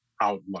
outlook